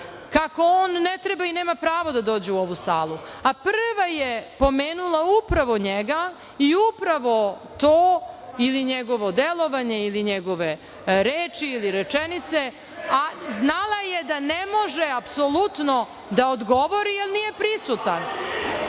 kako on ne treba i nema pravo da dođe u ovu salu, a prva je pomenula upravo njega i upravo to ili njegovo delovanje, ili njegove reči, ili rečenice, a znala je da ne može apsolutno da odgovori, jer nije prisutan.